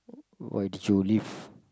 why did you leave